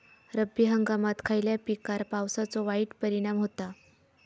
रब्बी हंगामात खयल्या पिकार पावसाचो वाईट परिणाम होता?